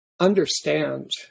understand